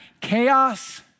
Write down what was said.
chaos